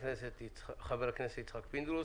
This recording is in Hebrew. חבר הכנסת יצחק פינדרוס,